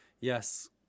Yes